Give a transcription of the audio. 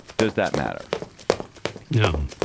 does that matter no